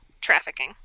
trafficking